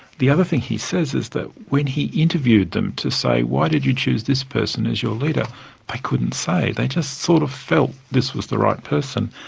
the other thing he says is that when he interviewed them to say, why did you choose this person as your leader? they couldn't say, they just sort of felt this was the right person.